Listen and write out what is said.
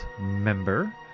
member